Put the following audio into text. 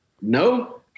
No